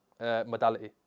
modality